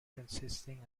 consisting